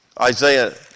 Isaiah